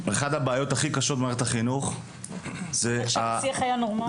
אחת הבעיות הכי קשות במערכת החינוך -- עד עכשיו השיח היה נורמלי.